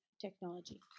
technology